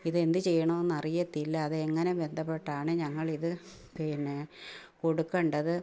ഇതെന്ത് ചെയ്യണമെന്ന് അറിയത്തില്ല അത് എങ്ങനെ ബന്ധപ്പെട്ടാണ് ഞങ്ങളിത് പിന്നെ കൊടുക്കേണ്ടത്